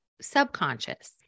subconscious